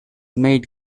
made